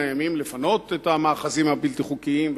הימים לפנות את המאחזים הבלתי-חוקיים,